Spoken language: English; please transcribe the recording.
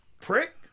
Prick